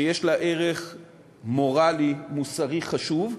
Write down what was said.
שיש לה ערך מורלי, מוסרי, חשוב,